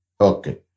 Okay